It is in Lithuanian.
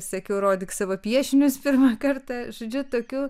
sekiau rodyk savo piešinius pirmą kartą žodžiu tokių